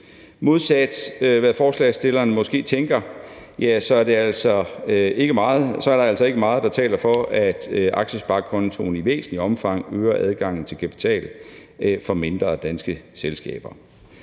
Modsat hvad forslagsstillerne måske tænker, er der altså ikke meget, der taler for, at aktiesparekontoen i væsentligt omfang øger adgangen til kapital for mindre danske selskaber.